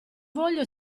voglio